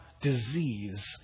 disease